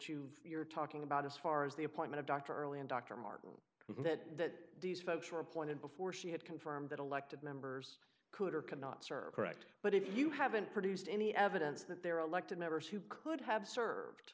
that you are talking about as far as the appointment of dr early on dr martin that these folks were appointed before she had confirmed that elected members could or could not serve correct but if you haven't produced any evidence that they're elected members who could have served